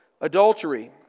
Adultery